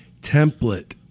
template